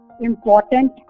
important